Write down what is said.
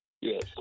Yes